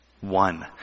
One